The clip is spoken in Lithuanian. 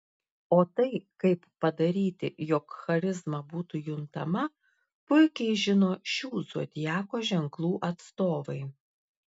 o tai kaip padaryti jog charizma būtų juntama puikiai žino šių zodiako ženklų atstovai